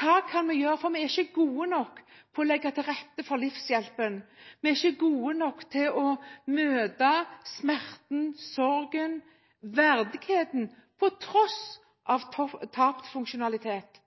Hva kan vi gjøre? For vi er ikke gode nok når det gjelder å legge til rette for livshjelpen. Vi er ikke gode nok til å møte smerten, sorgen, verdigheten på tross av tapt